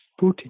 Putin